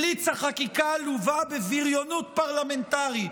בליץ החקיקה לווה בבריונות פרלמנטרית,